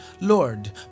Lord